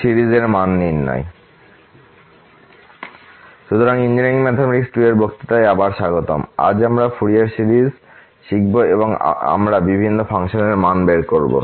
সুতরাং engineering mathematics 2 এর বক্তৃতায় আবার স্বাগতম এবং আজ আমরা ফুরিয়ার সিরিজ শিখব এবং আমরা বিভিন্ন ফাংশন এর মান বের করবো